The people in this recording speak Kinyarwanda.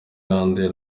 yanduye